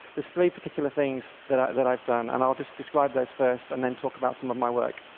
there's three particular things that that i've done, and i'll just describe those first, and then talk about some of my work.